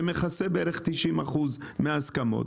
שמכסה בערך 90 אחוזים מההסכמות,